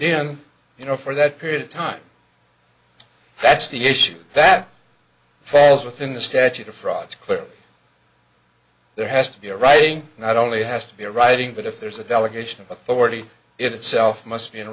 in you know for that period of time that's the issue that falls within the statute of frauds clearly there has to be a writing not only has to be writing but if there's a delegation of authority itself must be in